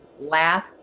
last